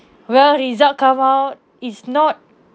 well result come out it's not